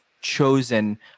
chosen